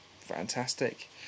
Fantastic